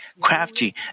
crafty